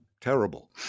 terrible